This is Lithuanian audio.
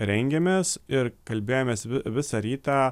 rengiamės ir kalbėjomės visą rytą